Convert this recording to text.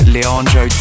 Leandro